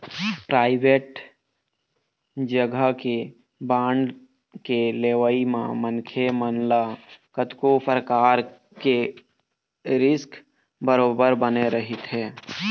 private जघा के bond के लेवई म मनखे मन ल कतको परकार के रिस्क बरोबर बने रहिथे